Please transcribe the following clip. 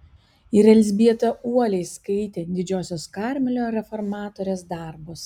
ir elzbieta uoliai skaitė didžiosios karmelio reformatorės darbus